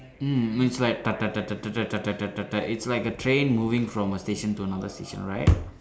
mm it's like it's like a train moving from a station to another station right